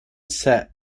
set